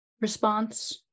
response